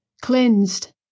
cleansed